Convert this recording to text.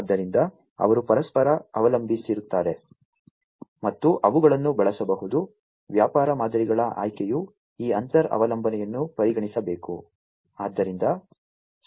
ಆದ್ದರಿಂದ ಅವರು ಪರಸ್ಪರ ಅವಲಂಬಿಸಿರುತ್ತಾರೆ ಮತ್ತು ಅವುಗಳನ್ನು ಬಳಸಬಹುದು ವ್ಯಾಪಾರ ಮಾದರಿಗಳ ಆಯ್ಕೆಯು ಈ ಅಂತರ್ ಅವಲಂಬನೆಯನ್ನು ಪರಿಗಣಿಸಬೇಕು